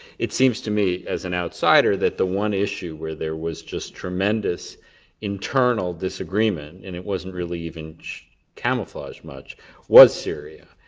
it seems to me as an outsider that the one issue where there was just tremendous internal disagreement and it wasn't really even camouflaged much was syria.